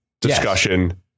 discussion